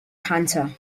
hunter